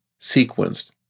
sequenced